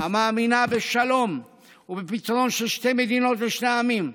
המאמינה בשלום ובפתרון של שתי מדינות לשני עמים.